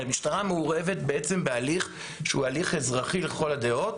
המשטרה מעורבת בעצם בהליך שהוא הליך אזרחי לכל הדעות